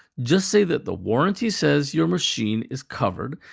just say that the warranty says your machine is covered,